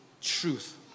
truth